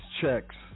checks